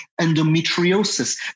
endometriosis